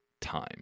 time